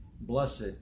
blessed